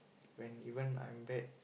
when even I'm bad